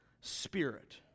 spirit